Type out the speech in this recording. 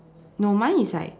no mine is like